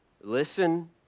Listen